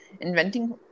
inventing